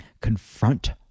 confront